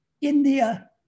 India